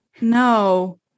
no